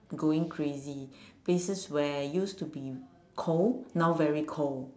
going crazy places where used to be cold now very cold